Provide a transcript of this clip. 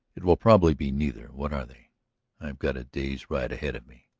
it will probably be neither what are they? i've got a day's ride ahead of me.